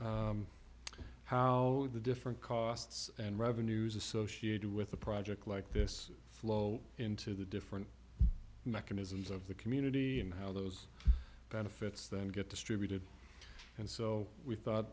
frame how the different costs and revenues associated with a project like this flow into the different mechanisms of the community and how those benefits then get distributed and so we thought